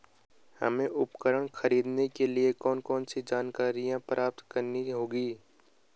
हमें उपकरण खरीदने के लिए कौन कौन सी जानकारियां प्राप्त करनी होगी?